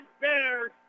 Bears